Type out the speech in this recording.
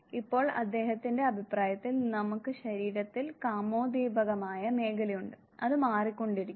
ഇപ്പോൾ അദ്ദേഹത്തിന്റെ അഭിപ്രായത്തിൽ നമുക്ക് ശരീരത്തിൽ കാമോദ്ദീപകമായ മേഖലയുണ്ട് അത് മാറിക്കൊണ്ടിരിക്കുന്നു